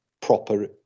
proper